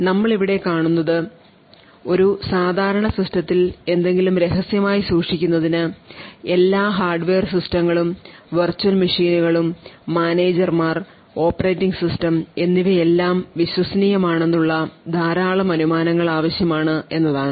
നമ്മൾ ഇവിടെ കാണുന്നത് ഒരു സാധാരണ സിസ്റ്റത്തിൽ എന്തെങ്കിലും രഹസ്യമായി സൂക്ഷിക്കുന്നതിന് എല്ലാ ഹാർഡ്വെയർ സിസ്റ്റങ്ങളും വെർച്വൽ മെഷീനുകളും മാനേജർമാർ ഓപ്പറേറ്റിംഗ് സിസ്റ്റം എന്നിവയെല്ലാം വിശ്വസനീയമാണെന്ന് ഉള്ള ധാരാളം അനുമാനങ്ങൾ ആവശ്യമാണ് എന്നതാണ്